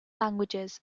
languages